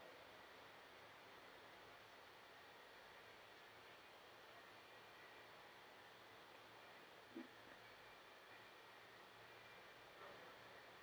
is